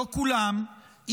לא כולם,